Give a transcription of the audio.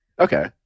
Okay